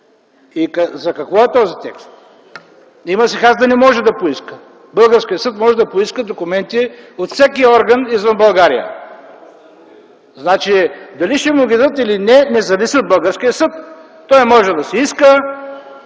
За какво е този текст?! Има си хас да не може да поиска! Българският съд може да поиска документи от всеки орган извън България. Дали ще му ги дадат или не, не зависи от българския съд, той може да си иска.